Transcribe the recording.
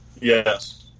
Yes